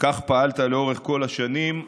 כך פעלת לאורך כל השנים,